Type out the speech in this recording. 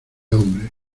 hombres